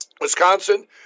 Wisconsin